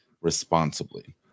responsibly